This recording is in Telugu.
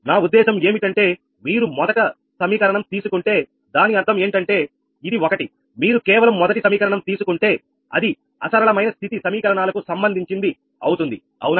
నా ఉద్దేశం ఏమిటంటే మీరు మొదటి సమీకరణం తీసుకుంటే దాని అర్థం ఏంటంటే ఇది ఒకటి మీరు కేవలం మొదటి సమీకరణం తీసుకుంటే అది అసరళమైన స్థితి సమీకరణాలకు సంబంధించింది అవుతుంది అవునా